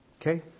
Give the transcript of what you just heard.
Okay